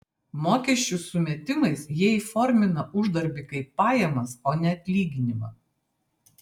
mokesčių sumetimais jie įformina uždarbį kaip pajamas o ne atlyginimą